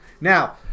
now